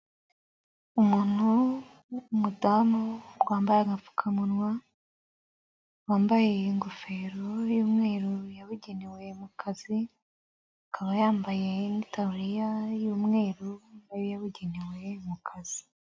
Umuntu w'umudamu, wambaye agapfukamunwa, wambaye ingofero y'umweru yabugenewe mu kazi, akaba yambaye n'itaririya y'umweru nayo yabugenewe, mu kazi.